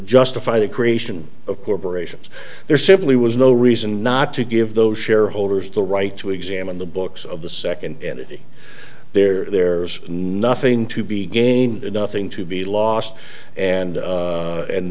justify the creation of corporations there simply was no reason not to give those shareholders the right to examine the books of the second entity there there's nothing to be gained and nothing to be lost and